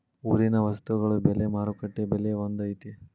ಊರಿನ ವಸ್ತುಗಳ ಬೆಲೆ ಮಾರುಕಟ್ಟೆ ಬೆಲೆ ಒಂದ್ ಐತಿ?